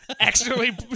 accidentally